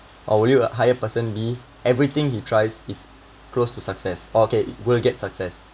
or would you hire person b everything he tries he's close to success okay will get success